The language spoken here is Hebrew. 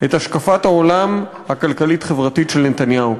את השקפת העולם הכלכלית-חברתית של נתניהו,